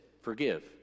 forgive